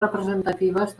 representatives